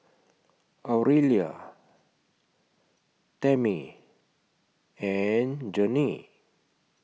Aurelia Tammy and Gennie